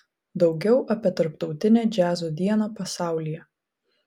daugiau apie tarptautinę džiazo dieną pasaulyje